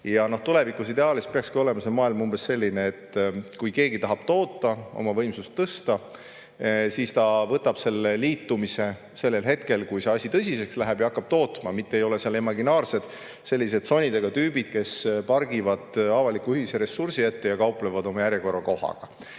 Tulevikus peakski olema see maailm ideaalis umbes selline, et kui keegi tahab toota, oma võimsust tõsta, siis ta [taotleb] liitumist sellel hetkel, kui asi tõsiseks läheb, ja hakkab tootma, mitte ei ole seal imaginaarsed sonidega tüübid, kes pargivad avaliku ühise ressursi ette ja kauplevad oma järjekorrakohaga.